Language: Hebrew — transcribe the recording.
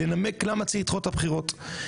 לנמק למה צריך לדחות את הבחירות.